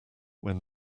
when